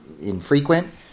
infrequent